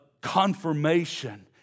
confirmation